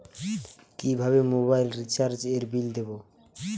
কিভাবে মোবাইল রিচার্যএর বিল দেবো?